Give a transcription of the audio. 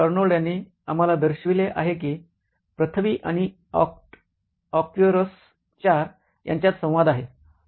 Arnold यांनी आम्हाला दर्शविले आहे की पृथ्वी आणि आर्क्ट्युरस IV यांच्यात संवाद आहे